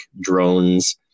Drones